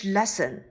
Lesson